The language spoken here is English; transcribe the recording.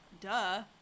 duh